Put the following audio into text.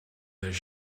this